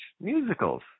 musicals